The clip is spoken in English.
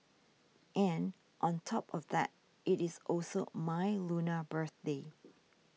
and on top of that it is also my Lunar birthday